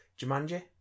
Jumanji